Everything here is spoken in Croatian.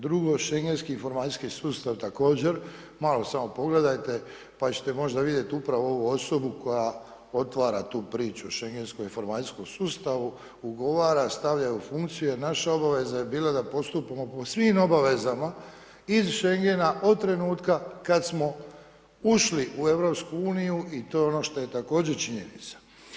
Drugo, schengenski informacijski sustav također, malo samo pogledajte pa ćete možda vidjeti upravo ovu osobu koja otvara tu priču o schengenskom informacijskom sustava, ugovara, stavlja u funkciju jer naša obaveza je bila da postupamo po svim obavezama iz Schengena od trenutka kad smo ušli u EU i to je ono što činjenica.